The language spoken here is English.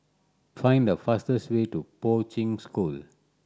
find the fastest way to Poi Ching School